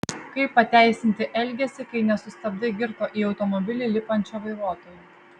kaip pateisinti elgesį kai nesustabdai girto į automobilį lipančio vairuotojo